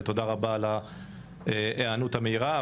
ותודה רבה על ההיענות המהירה,